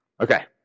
Okay